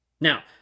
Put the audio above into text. now